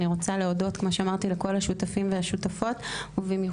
כמו שאמרתי, אני רוצה